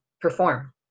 perform